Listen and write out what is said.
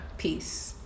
Peace